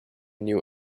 new